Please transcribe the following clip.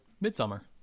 midsummer